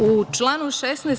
U članu 16.